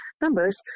numbers